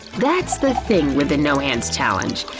that's the thing with the no-hands challenge.